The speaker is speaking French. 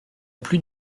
plus